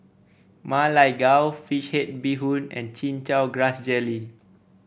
Ma Lai Gao fish head Bee Hoon and Chin Chow Grass Jelly